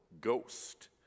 ghost